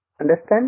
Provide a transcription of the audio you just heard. Understand